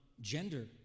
gender